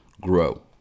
grow